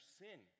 sin